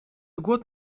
год